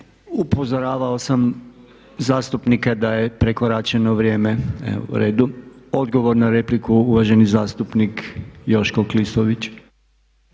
Upozoravao sam zastupnike da je prekoračeno vrijeme. Evo u redu. Odgovor na repliku uvaženi zastupnik Joško Klisović.